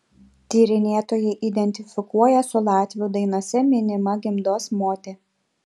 tyrinėtojai identifikuoja su latvių dainose minima gimdos mote